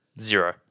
Zero